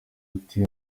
ati